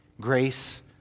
grace